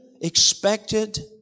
expected